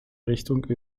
richtung